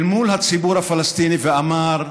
אל מול הציבור הפלסטיני ואמר: